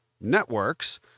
networks